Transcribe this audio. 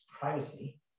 privacy